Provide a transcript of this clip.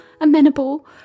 amenable